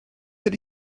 ydy